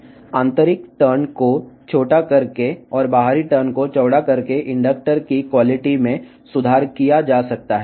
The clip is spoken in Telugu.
ఇండక్టర్ యొక్క నాణ్యతను లోపలి మలుపులను తగ్గించడం ద్వారా మరియు బాహ్య మలుపుల ను విస్తరించడం ద్వారా మెరుగుపరచవచ్చును